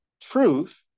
truth